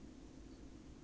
err okay